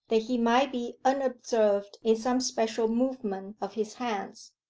that he might be unobserved in some special movement of his hands.